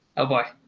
oh boy.